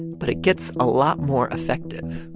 but it gets a lot more effective.